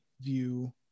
view